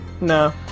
No